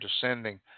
descending